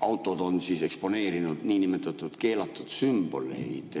autod on eksponeerinud niinimetatud keelatud sümboleid.